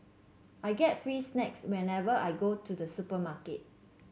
I get free snacks whenever I go to the supermarket